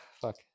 fuck